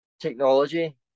technology